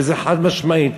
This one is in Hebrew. וזה חד-משמעית,